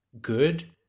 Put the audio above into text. good